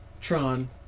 Tron